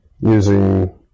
using